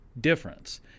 difference